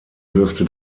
dürfte